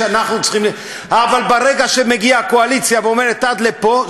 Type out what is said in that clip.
אבל ברגע שמגיעה הקואליציה ואומרת: עד לפה,